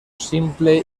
simple